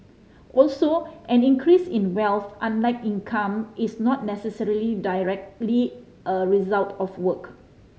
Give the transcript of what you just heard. also an increase in wealth unlike income is not necessarily directly a result of work